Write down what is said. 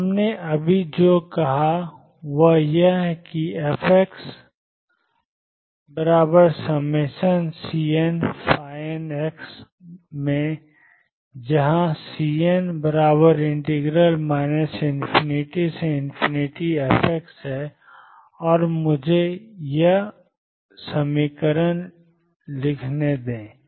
तो हमने अभी जो कहा है वह यह है कि fxnCnn में जहां Cn ∞f और मुझे fxnxdx लिखने दें